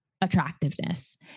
attractiveness